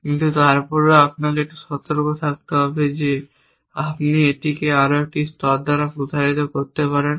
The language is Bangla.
কিন্তু তারপরেও আপনাকে একটু সতর্ক থাকতে হবে যে আপনি এটিকে আরও একটি স্তর দ্বারা প্রসারিত করতে পারেন